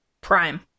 prime